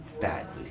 badly